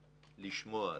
לשמוע,